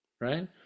right